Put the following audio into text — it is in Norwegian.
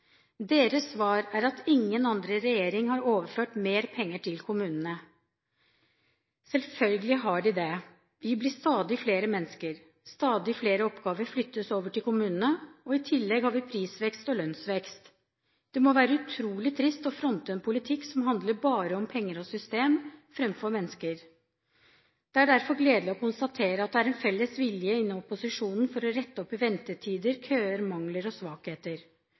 Deres svar er at ingen andre regjeringer har overført mer penger til kommunene. Selvfølgelig har de det, vi blir stadig flere mennesker, stadig flere oppgaver flyttes over til kommunene, og i tillegg har vi prisvekst og lønnsvekst. Det må være utrolig trist å fronte en politikk som handler bare om penger og system framfor mennesker. Det er derfor gledelig å konstatere at det er en felles vilje innen opposisjonen til å rette opp i ventetider, køer, mangler og svakheter.